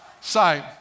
sight